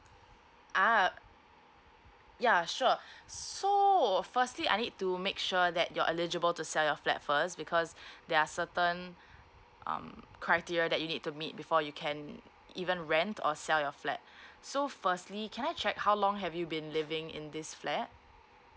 ah yeah sure so firstly I need to make sure that you're eligible to sell your flat first because there are certain um criteria that you need to meet before you can even rent or sell your flat so firstly can I check how long have you been living in this flat